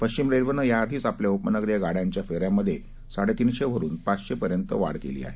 पश्चिम रेल्वेनं याआधीच आपल्या उपनगरीय गाड्यांच्या फेऱ्यामध्ये साडेतीनशे वरून पाचशे पर्यंत वाढ केली आहे